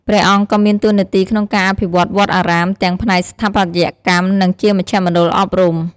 ព្រះអង្គក៏មានតួនាទីក្នុងការអភិវឌ្ឍវត្តអារាមទាំងផ្នែកស្ថាបត្យកម្ម និងជាមជ្ឈមណ្ឌលអប់រំ។